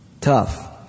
Tough